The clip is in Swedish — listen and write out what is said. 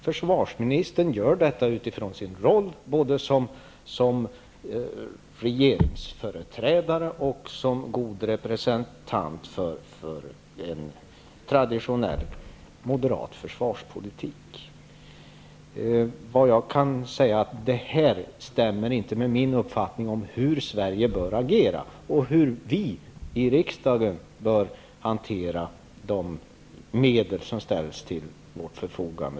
Försvarsministern gör den med utgångspunkt från sin roll både som regeringsföreträdare och som god representant för en traditionell moderat försvarspolitik. Vad jag kan säga är att det inte stämmer med min uppfattning om hur Sverige bör agera och om hur vi i riksdagen bör hantera de medel som av svenska folket ställs till vårt förfogande.